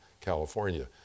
California